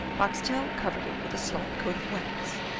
boxtel covered it with a slight coat of wax,